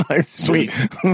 Sweet